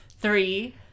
three